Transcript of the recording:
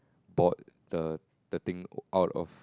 bought the the thing out of